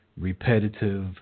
repetitive